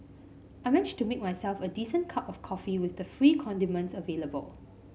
I managed to make myself a decent cup of coffee with the free condiments available